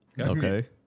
Okay